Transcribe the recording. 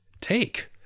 Take